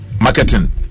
marketing